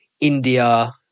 India